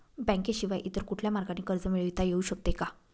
बँकेशिवाय इतर कुठल्या मार्गाने कर्ज मिळविता येऊ शकते का?